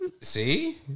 See